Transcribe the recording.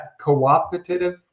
cooperative